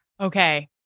Okay